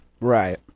Right